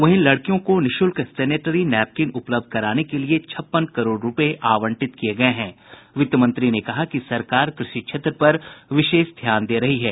वहीं लड़कियों को निःशुल्क सेनेटरी नैपकिन उपलब्ध कराने के लिए छप्पन करोड़ रुपये आवंटित किये गये हैं वित्त मंत्री सुशील कुमार मोदी ने कहा कि सरकार कृषि क्षेत्र पर विशेष ध्यान दे रही है